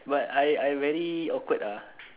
but I I very awkward ah